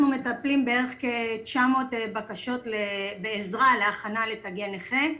אנחנו מטפלים בערך כ-900 בקשות בעזרה להכנה לתגי נכה.